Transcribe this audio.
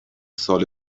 ساله